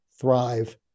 thrive